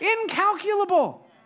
incalculable